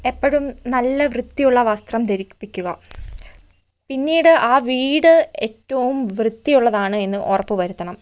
എപ്പഴും നല്ല വൃത്തിയുള്ള വസ്ത്രം ധരിപ്പിക്കുക പിന്നീട് ആ വീട് ഏറ്റവും വൃത്തിയുള്ളതാണ് എന്ന് ഉറപ്പുവരുത്തണം